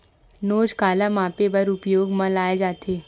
नोच काला मापे बर उपयोग म लाये जाथे?